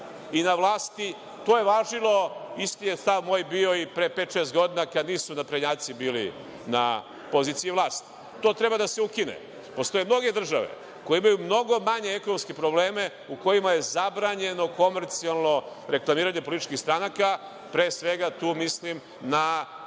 i na vlasti. Isti je stav moj bio i pre pet, šest godina kada nisu naprednjaci bili na poziciji vlasti. To treba da se ukine. Postoje mnoge države koje imaju mnogo manje ekonomske probleme u kojima je zabranjeno komercijalno reklamiranje političkih stranaka, a tu mislim na izborni